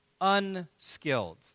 unskilled